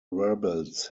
rebels